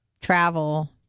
travel